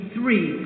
Three